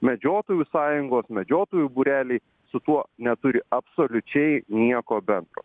medžiotojų sąjungos medžiotojų būreliai su tuo neturi absoliučiai nieko bendro